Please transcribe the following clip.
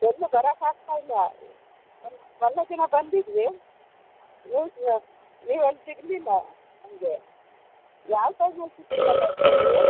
ಎಲ್ಲೂ ಬರೋಕ್ಕೆ ಆಗ್ತಾಯಿಲ್ಲ ಮೊನ್ನೆ ಮೊನ್ನೆ ದಿನ ಬಂದಿದ್ವಿ ನೀವು ಸಿಗ ನೀವು ಅಲ್ಲಿ ಸಿಗ್ಲಿಲ್ಲ ನಮಗೆ ಯಾವ ಟೈಮಲ್ಲಿ ಸಿಗ್ತೀರಿ ಡಾಕ್ಟ್ರೇ ನೀವು